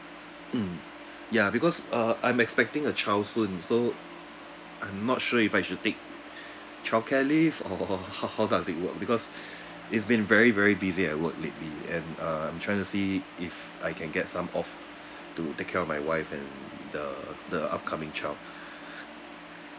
mm ya because uh I'm expecting a child soon so I'm not sure if I should take childcare leave or ho~ how does it work because it's been very very busy at work lately and uh I'm trying to see if I can get some off to take care of my wife and the the upcoming child